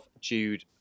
Jude